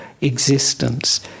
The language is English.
existence